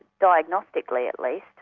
diagnostically at least,